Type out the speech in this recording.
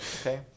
Okay